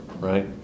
right